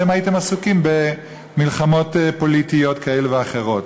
אתם הייתם עסוקים במלחמות פוליטיות כאלה ואחרות.